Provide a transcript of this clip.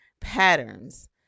patterns